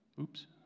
Oops